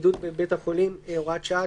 (בידוד בבית חולים) (הוראת שעה),